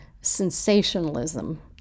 sensationalism